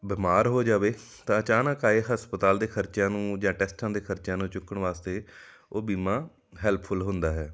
ਬਿਮਾਰ ਹੋ ਜਾਵੇ ਤਾਂ ਅਚਾਨਕ ਆਏ ਹਸਪਤਾਲ ਦੇ ਖਰਚਿਆਂ ਨੂੰ ਜਾਂ ਟੈਸਟਾਂ ਦੇ ਖਰਚਿਆਂ ਨੂੰ ਚੁੱਕਣ ਵਾਸਤੇ ਉਹ ਬੀਮਾ ਹੈਲਪਫੁੱਲ ਹੁੰਦਾ ਹੈ